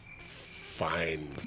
fine